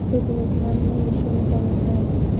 शुद्ध वर्तमान मूल्य शून्य कब होता है?